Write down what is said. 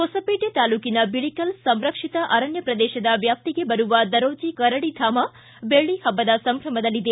ಹೊಸಪೇಟೆ ತಾಲ್ಲೂಕಿನ ಬಿಳಿಕಲ್ ಸಂರಕ್ಷಿತ ಅರಣ್ಯ ಪ್ರದೇಶದ ವ್ಯಾಪ್ತಿಗೆ ಬರುವ ದರೋಜಿ ಕರಡಿಧಾಮ ಬೆಳ್ಳ ಹಬ್ಬದ ಸಂಭ್ರಮದಲ್ಲಿದೆ